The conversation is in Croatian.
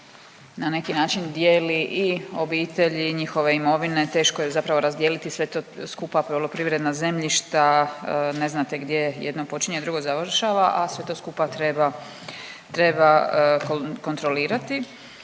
na neki način dijeli i obitelji i njihove imovine. Teško je zapravo razdijeliti sve to skupa poljoprivredna zemljišta ne znate gdje jedno počinje, a drugo završava, a sve to skupa treba kontrolirati.